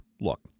look